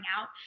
out